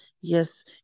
Yes